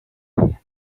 and